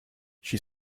she